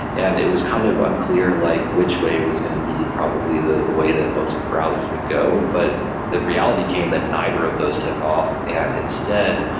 and it was kind of unclear like which way it was going to be probably the the way that most browsers would go, but the reality came that neither of those took off. and instead,